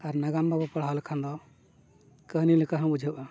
ᱟᱨ ᱱᱟᱜᱟᱢ ᱵᱟᱵᱚᱱ ᱯᱟᱲᱦᱟᱣ ᱞᱮᱠᱷᱟᱱ ᱫᱚ ᱠᱟᱹᱦᱱᱤ ᱞᱮᱠᱟᱦᱚᱸ ᱵᱩᱡᱷᱟᱹᱜᱼᱟ